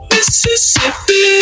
Mississippi